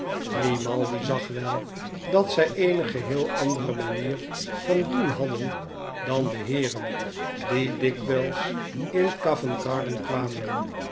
grimaldi zag we dat zij eene geheel andere manier van doen hadden dan de heeren die dikwijls in covent-garden kwamen